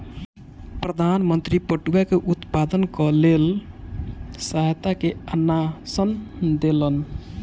प्रधान मंत्री पटुआ के उत्पादनक लेल सहायता के आश्वासन देलैन